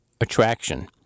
Attraction